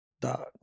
Dog